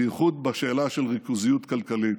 בייחוד בשאלה של ריכוזיות כלכלית.